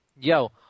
Yo